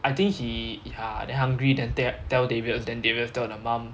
I think he ya then hungry then te~ tell darius then darius tell the mum